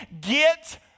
get